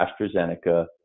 AstraZeneca